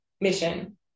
mission